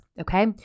okay